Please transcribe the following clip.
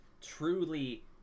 truly